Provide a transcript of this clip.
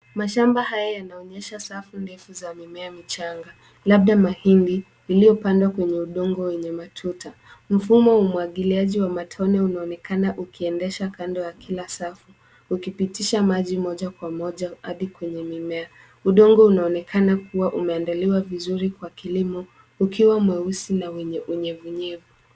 Mashamba haya yanaonyesha safu ndefu za mimea michanga. Labda mahindi iliyopandwa kwenye udongo wenye mafuta. Mfumo wa umwangiliaji wa matone unaonekana ukiendasha kando ya kila safu ukipitisha maji moja kwa moja hadi kwenye mimea. Udongo unaonekana kuwa umeandaliwa vizuri kwa kilimo ukiwa mweusi na wenye unyevu nyevu.